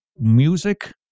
music